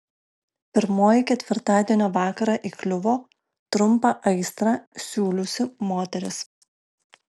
pirmoji ketvirtadienio vakarą įkliuvo trumpą aistrą siūliusi moteris